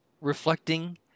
reflecting